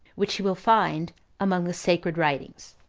which he will find among the sacred writings.